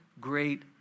great